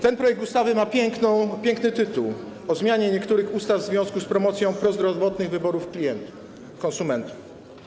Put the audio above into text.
Ten projekt ustawy ma piękny tytuł: o zmianie niektórych ustaw w związku z promocją prozdrowotnych wyborów konsumentów.